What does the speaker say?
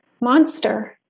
monster